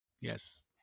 Yes